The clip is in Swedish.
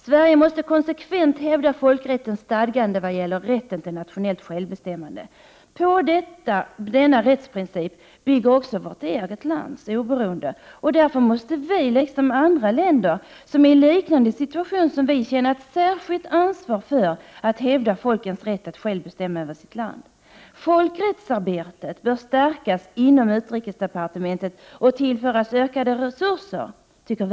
Sverige måste konsekvent hävda folkrättens stadganden vad gäller rätten till nationellt självbestämmande. På denna rättsprincip bygger också vårt eget lands oberoende, och därför måste vi, liksom andra länder som är i en liknande situation som vi, känna ett särskilt ansvar för att hävda folkens rätt att själva bestämma över sitt land. Folkrättsarbetet bör stärkas inom utrikesdepartementet och tillföras ökade resurser.